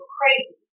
crazy